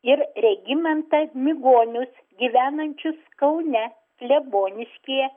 ir regimantą migonius gyvenančius kaune kleboniškyje